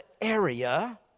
area